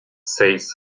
seis